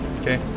Okay